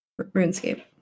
RuneScape